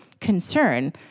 concern